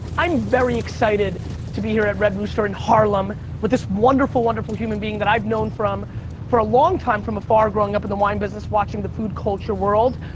i'm very excited to be here at red rooster in harlem with his wonderful, wonderful human being that i've known for a long time from afar growing up in the wine business watching the food culture world.